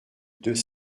deux